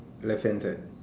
left hand side